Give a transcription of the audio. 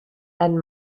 and